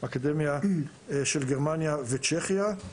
האקדמיה של גרמניה וצ'כיה.